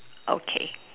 okay